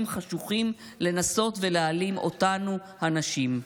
חשוכים לנסות ולהעלים אותנו הנשים.